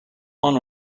one